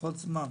פחות זמן.